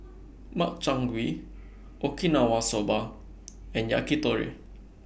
Makchang Gui Okinawa Soba and Yakitori